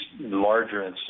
larger